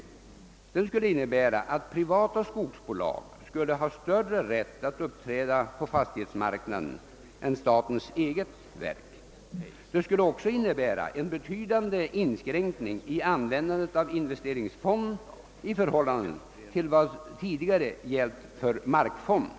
Den skulle innebära att privata skogsbolag skulle ha större rätt att uppträda på fastighetsmarknaden än statens eget verk, liksom en betydande inskränkning i användandet av investeringsfonden i förhållande till vad som tidigare gällt för markfonden.